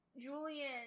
Julian